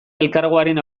elkargoaren